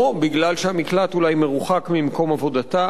או מכיוון שהמקלט אולי מרוחק ממקום עבודתה,